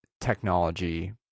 technology